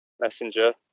Messenger